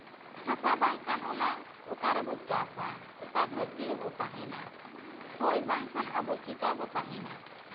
ᱦᱟᱥᱟ ᱵᱟᱝᱠᱷᱟᱱ ᱚᱱᱟ ᱚᱠᱟ ᱨᱮ ᱵᱚ ᱪᱟᱥᱼᱟ ᱚᱠᱟ ᱫᱷᱟᱹᱨᱛᱤ ᱨᱮᱵᱚ ᱛᱟᱦᱮᱱᱟ ᱦᱚᱭ ᱵᱟᱝᱠᱷᱟᱱ ᱟᱵᱚ ᱪᱤᱠᱟᱵᱚᱱ ᱛᱟᱦᱮᱱᱟ